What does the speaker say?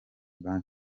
ban